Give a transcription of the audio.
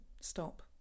stop